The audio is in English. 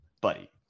buddy